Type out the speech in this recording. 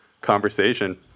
conversation